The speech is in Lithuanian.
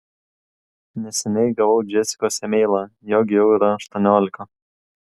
neseniai gavau džesikos emailą jog jau yra aštuoniolika